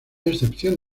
excepción